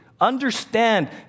understand